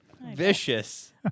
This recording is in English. Vicious